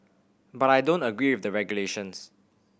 but I don't agree with the regulations